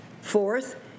Fourth